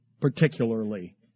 particularly